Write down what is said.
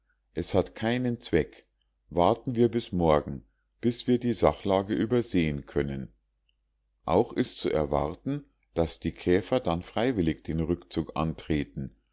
es hat keinen zweck warten wir bis morgen bis wir die sachlage übersehen können auch ist zu erwarten daß die käfer dann freiwillig den rückzug antreten